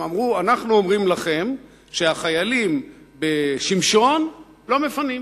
הם אמרו: אנחנו אומרים לכם שהחיילים בשמשון לא מפנים.